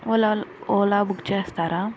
ఓలాల్ Ola book చేస్తారా